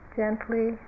gently